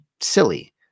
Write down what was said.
silly